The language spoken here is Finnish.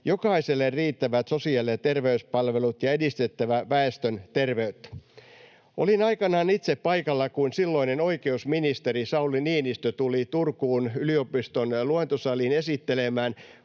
jokaiselle riittävät sosiaali- ja terveyspalvelut ja edistettävä väestön terveyttä.” Olin aikanaan itse paikalla, kun silloinen oikeusministeri Sauli Niinistö tuli Turkuun yliopiston luentosaliin esittelemään